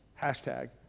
Hashtag